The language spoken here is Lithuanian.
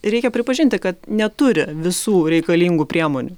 reikia pripažinti kad neturi visų reikalingų priemonių